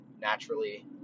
naturally